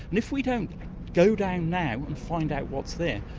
and if we don't go down now and find out what's there,